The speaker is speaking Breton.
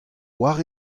war